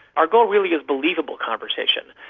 our goal really is believable conversation,